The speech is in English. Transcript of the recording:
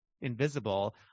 invisible